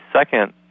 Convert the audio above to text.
second